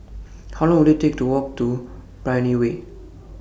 How Long Will IT Take to Walk to Brani Way